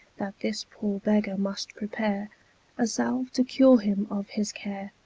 that this poor begger must prepare a salve to cure him of his care,